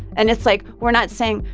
and it's like, we're not saying,